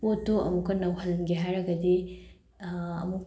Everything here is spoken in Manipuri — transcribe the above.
ꯄꯣꯠꯇꯨ ꯑꯃꯨꯛꯀ ꯅꯧꯍꯟꯒꯦ ꯍꯥꯏꯔꯒꯗꯤ ꯑꯃꯨꯛ